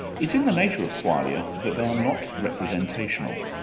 it's in the nature of qualia that they are not representational,